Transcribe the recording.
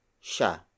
sha